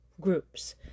groups